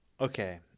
Okay